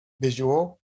visual